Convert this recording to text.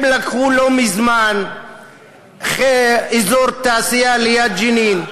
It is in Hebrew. הם לקחו לא מזמן אזור תעשייה ליד ג'נין,